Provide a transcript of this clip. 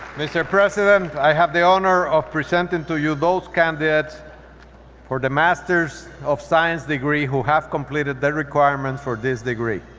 mr. president, i have the honor of presenting to you those candidates for the masters of science degree who have completed the requirements for this degree.